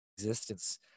existence